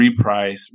reprice